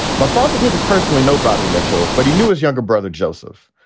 my father didn't personally know bobby mitchell. but he knew his younger brother, joseph.